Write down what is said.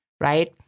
right